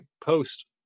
post